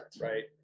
right